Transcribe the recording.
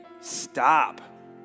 stop